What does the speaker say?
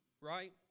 right